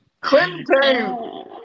Clinton